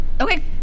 Okay